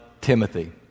Timothy